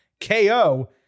KO